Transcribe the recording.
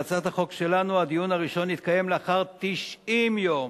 בהצעת החוק שלנו הדיון הראשון יתקיים לאחר 90 יום,